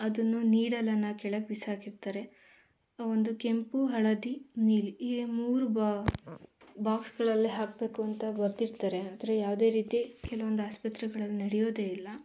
ಅದನ್ನು ನೀಡಲನ್ನು ಕೆಳಗೆ ಬಿಸಾಕಿರ್ತಾರೆ ಒಂದು ಕೆಂಪು ಹಳದಿ ನೀಲಿ ಹೀಗೆ ಮೂರು ಬಾ ಬಾಕ್ಸ್ಗಳಲ್ಲಿ ಹಾಕಬೇಕು ಅಂತ ಬರೆದಿರ್ತಾರೆ ಆದರೆ ಯಾವುದೇ ರೀತಿ ಕೆಲವೊಂದು ಆಸ್ಪತ್ರೆಗಳಲ್ಲಿ ನಡೆಯೋದೆ ಇಲ್ಲ